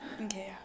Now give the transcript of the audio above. okay